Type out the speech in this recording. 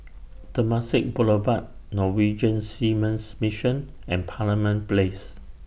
Temasek Boulevard Norwegian Seamen's Mission and Parliament Place